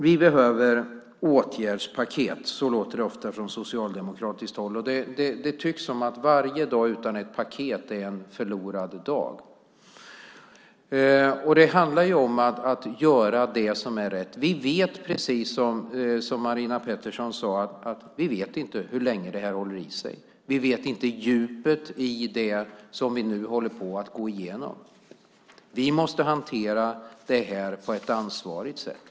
Vi behöver åtgärdspaket. Så låter det ofta från socialdemokratiskt håll. Det tycks som om varje dag utan ett paket är en förlorad dag. Det handlar om att göra det som är rätt. Som Marina Pettersson sade vet vi inte hur länge lågkonjunkturen håller i sig. Vi vet inte djupet i det som vi nu går igenom. Vi måste hantera det på ett ansvarsfullt sätt.